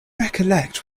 recollect